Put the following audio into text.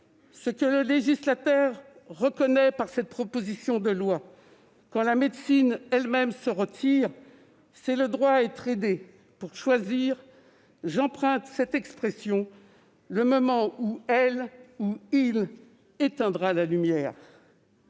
Ce que le législateur reconnaît par cette proposition de loi, quand la médecine elle-même se retire, c'est le droit de chacun à être aidé pour choisir- j'emprunte cette expression -le moment d'« éteindre la lumière